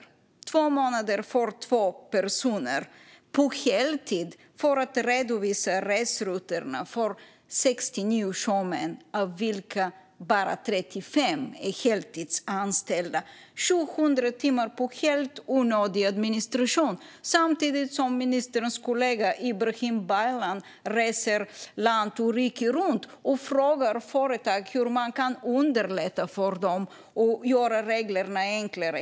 I två månader har två personer arbetat heltid med att redovisa resrutterna för 69 sjömän, av vilka bara 35 är heltidsanställda. Det har gått åt 700 timmar till helt onödig administration. Samtidigt reser ministerns kollega Ibrahim Baylan land och rike runt och frågar företag hur man kan underlätta för dem och göra reglerna enklare.